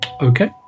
Okay